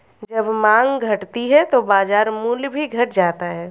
जब माँग घटती है तो बाजार मूल्य भी घट जाता है